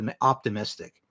optimistic